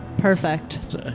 Perfect